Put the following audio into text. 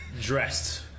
dressed